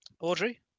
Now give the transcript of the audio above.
Audrey